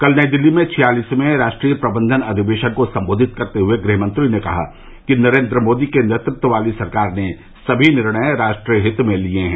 आज नई दिल्ली में छियालिसवें राष्ट्रीय प्रबंधन अधिवेशन को संबोधित करते हए गृहमंत्री ने कहा कि नरेन्द्र मोदी के नेतृत्व वाली सरकार ने सभी निर्णय राष्ट्रहित में लिए हैं